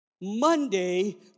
Monday